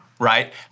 right